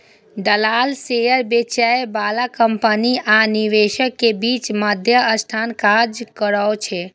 दलाल शेयर बेचय बला कंपनी आ निवेशक के बीच मध्यस्थक काज करै छै